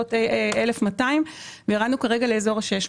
בסביבות 1,200 טון וירדנו ל-600 טון.